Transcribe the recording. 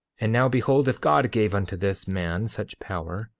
and now behold, if god gave unto this man such power,